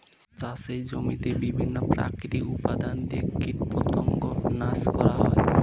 চাষের জমিতে বিভিন্ন প্রাকৃতিক উপাদান দিয়ে কীটপতঙ্গ নাশ করা হয়